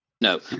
No